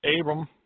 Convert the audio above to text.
Abram